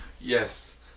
Yes